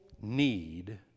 need